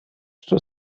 что